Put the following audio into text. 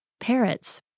Parrots